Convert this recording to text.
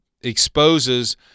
exposes